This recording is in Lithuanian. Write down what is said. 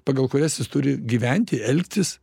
pagal kurias jis turi gyventi elgtis